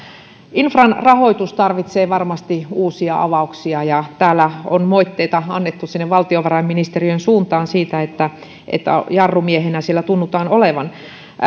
infran rahoitus tarvitsee varmasti uusia avauksia ja täällä on moitteita annettu valtiovarainministeriön suuntaan siitä että että jarrumiehinä siellä tunnutaan olevan